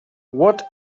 what